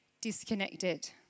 disconnected